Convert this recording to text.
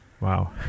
Wow